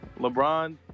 LeBron